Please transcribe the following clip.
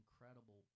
incredible